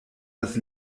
das